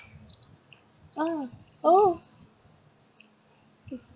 uh oh